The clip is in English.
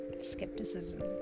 skepticism